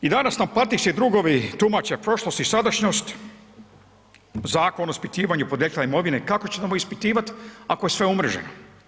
I danas nam partijski drugovi tumače prošlost i sadašnjost, zakon o ispitivanju porijekla imovine, kako ćemo ispitivat ako je sve umreženo.